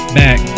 back